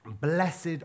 Blessed